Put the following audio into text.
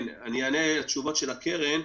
אני אענה תשובות של הקרן.